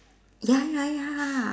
ya ya ya